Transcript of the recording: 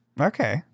Okay